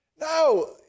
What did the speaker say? No